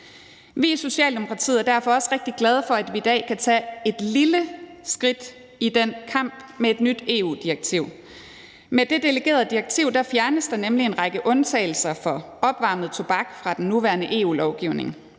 Vi i Socialdemokratiet er derfor også rigtig glade for, at vi i dag kan tage et lille skridt i den kamp med et nyt EU-direktiv. Med det delegerede direktiv fjernes der nemlig en række undtagelser for opvarmet tobak fra den nuværende EU-lovgivning.